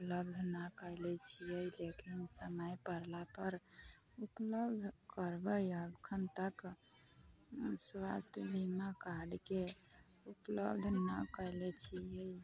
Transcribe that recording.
उपलब्ध नहि कैले छियै लेकिन समय पड़लापर उपलब्ध करबै एखन तक स्वास्थ बीमा कार्डके उपलब्ध नहि कयले छियै